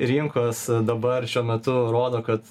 rinkos dabar šiuo metu rodo kad